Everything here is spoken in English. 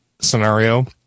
scenario